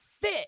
fit